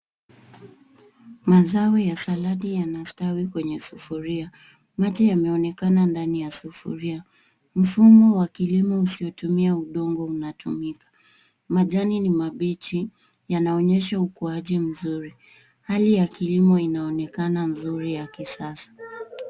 Mazao ya saladi yanastawi kwenye sufuria. Maji yanaonekana ndani ya sufuria. Mfumo wa kilimo usio tumia udongo unatumika. Majani ni mabichi. Yanaonyesha ukuaji mzuri. Hali ya kilimo inaonekana nzuri ya kisasa.